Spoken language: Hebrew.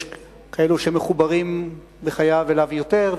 יש כאלו שמחוברים בחייו אליו יותר,